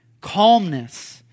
calmness